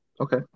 Okay